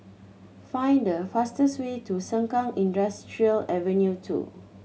find the fastest way to Sengkang Industrial Avenue Two